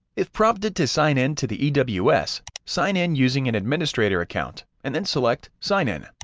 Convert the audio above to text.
if prompted to sign in to the ews, sign in using an administrator account, and then select sign in.